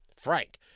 Frank